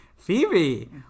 Phoebe